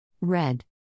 Red